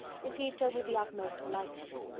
received her with the utmost politeness.